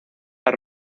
las